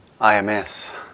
IMS